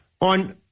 On